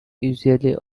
usually